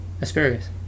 Asparagus